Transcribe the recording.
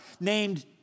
named